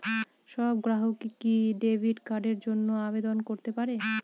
সব গ্রাহকই কি ডেবিট কার্ডের জন্য আবেদন করতে পারে?